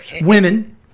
women